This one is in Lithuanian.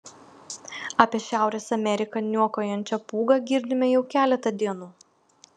apie šiaurės ameriką niokojančią pūgą girdime jau keletą dienų